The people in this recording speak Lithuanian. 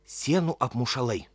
sienų apmušalai